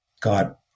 god